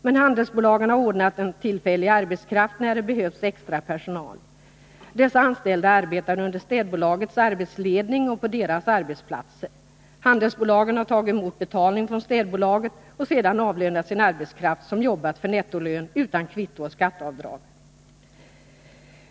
Men handelsbolagen har ordnat tillfällig arbetskraft när det behövts extra personal. Dessa anställda arbetade under städbolagets arbetsledning och på dess arbetsplatser. Handelsbolagen har tagit emot betalning från städbolaget och sedan avlönat sin arbetskraft, som jobbat för nettolön utan kvitto och skatteavdrag.